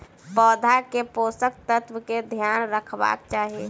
पौधा के पोषक तत्व के ध्यान रखवाक चाही